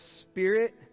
Spirit